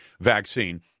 vaccine